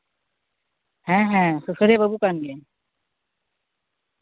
ᱦᱮᱸ ᱦᱮᱸ ᱥᱩᱥᱟᱹᱨᱤᱭᱟᱹ ᱵᱟᱹᱵᱩ ᱠᱟᱱ ᱜᱮᱭᱟᱹᱧ